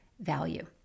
value